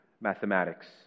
mathematics